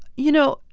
you know,